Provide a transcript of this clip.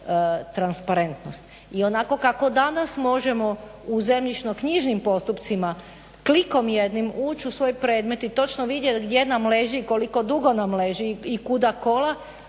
I onako kako danas možemo u zemljišno-knjižnim postupcima klikom jednim ući u svoj predmet i točno vidjet gdje nam leži i koliko dugo nam leži i kuda kola.